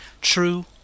True